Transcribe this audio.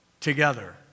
together